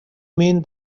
mean